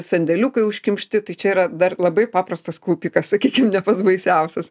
sandėliukai užkimšti tai čia yra dar labai paprastas kaupikas sakykim ne pats baisiausias